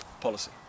policy